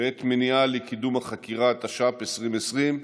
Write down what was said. בעת מניעה לקדם חקירה), התש"ף 2020,